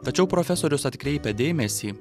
tačiau profesorius atkreipia dėmesį